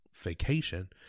vacation